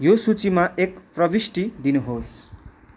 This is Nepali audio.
यो सूचीमा एक प्रविष्टि दिनुहोस्